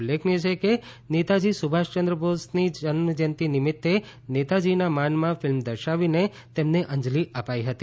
ઉલ્લેખીય છે કે નેતાજી સુભાષયંદ્ર બોઝની જયંતી નિમિત્તે નેતાજીના માનમાં ફિલ્મ દર્શાવીને તેમને અંજલી અપાઈ હતી